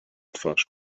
twarz